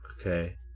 Okay